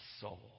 soul